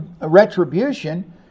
retribution